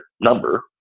number